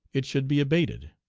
it should be abated.